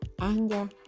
anger